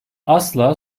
asla